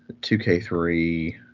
2K3